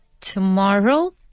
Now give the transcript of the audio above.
tomorrow